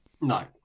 no